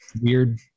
weird